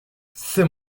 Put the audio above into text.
c’est